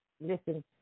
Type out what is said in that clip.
Listen